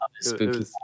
spooky